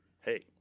hey